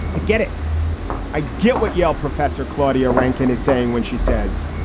i get it i get what yale professor claudia rankin is saying when she says,